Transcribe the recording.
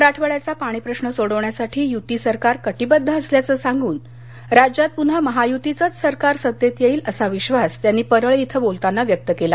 मराठवाड्याचा पाणी प्रश्न सोडवण्यासाठी यूती सरकार कटिबद्ध असल्याचं सांगून राज्यात पुन्हा महायुतीच सत्तेत येईल असा विश्वास त्यांनी परळी इथं व्यक्त केला